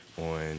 On